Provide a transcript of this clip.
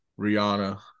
Rihanna